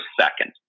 second